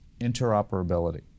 interoperability